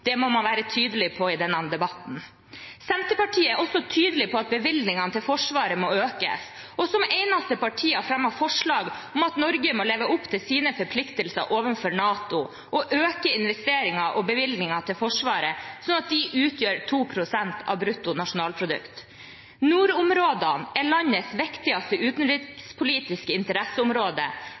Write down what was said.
det må man være tydelig på i denne debatten. Senterpartiet er også tydelig på at bevilgningene til Forsvaret må økes, og har som eneste parti fremmet forslag om at Norge må leve opp til sine forpliktelser overfor NATO og øke investeringene og bevilgningene til Forsvaret, slik at de utgjør 2 pst. av bruttonasjonalprodukt. Nordområdene er landets viktigste utenrikspolitiske interesseområde